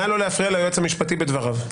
נא לא להפריע ליועץ המשפטי בדבריו.